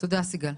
תודה סיגל.